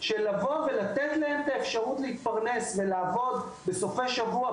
של לבוא ולתת להם אפשרות להתפרנס ולעבוד בסופי שבוע,